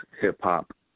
hip-hop